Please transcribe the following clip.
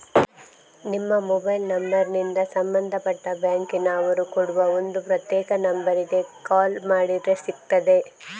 ನಿಮ್ಮ ಮೊಬೈಲ್ ನಂಬರಿಂದ ಸಂಬಂಧಪಟ್ಟ ಬ್ಯಾಂಕಿನ ಅವರು ಕೊಡುವ ಒಂದು ಪ್ರತ್ಯೇಕ ನಂಬರಿಗೆ ಕಾಲ್ ಮಾಡಿದ್ರೆ ಸಿಗ್ತದೆ